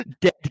dead